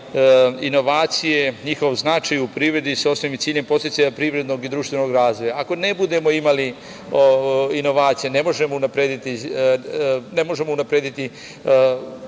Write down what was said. inovacije, njihovoj značaja u privredi sa osnovnim ciljem podsticaja privrednog i društvenog razvoja. Ako ne budemo imali inovacije, ne možemo unaprediti